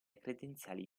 credenziali